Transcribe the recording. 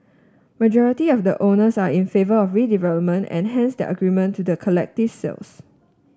majority of the owners are in favour of redevelopment and hence their agreement to the collective sales